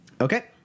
Okay